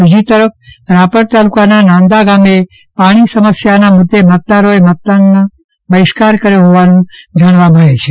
બીજી તરફ રાપર તાલુકાના નાંદા ગામે પાણી સમસ્યાના મુદે મતદારોએ મતદાનનો બહિસ્કાર કર્યો હોવાનું જાણવા મળે છે